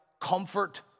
Comfort